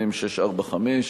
מ/645,